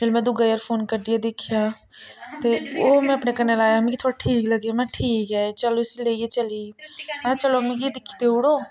फेर में दूआ एयरफोन कड्डियै दिक्खेआ ते ओह् में अपने कन्नै लााया मिकी थोह्ड़ा ठीक लग्गेआ में आखेआ महा ठीक ऐ एह चल उसी लेइयै चली गेई महां चलो ठीक ऐ मिकी दिक्खी देउड़ो